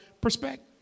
perspective